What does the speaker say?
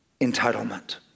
Entitlement